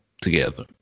together